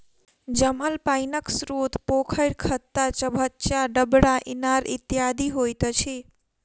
जमल पाइनक स्रोत पोखैर, खत्ता, चभच्चा, डबरा, इनार इत्यादि होइत अछि